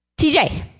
TJ